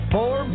Four